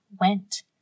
went